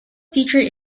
featured